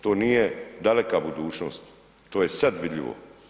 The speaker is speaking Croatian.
To nije daleka budućnost, to je sad vidljivo.